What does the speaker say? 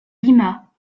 lima